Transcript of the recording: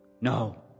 No